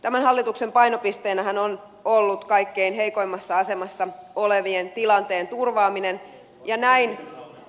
tämän hallituksen painopisteenähän on ollut kaikkein heikoimmassa asemassa olevien tilanteen turvaaminen ja näin